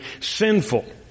sinful